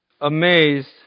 amazed